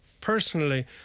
personally